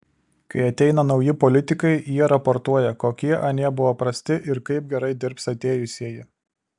kai ateina nauji politikai jie raportuoja kokie anie buvo prasti ir kaip gerai dirbs atėjusieji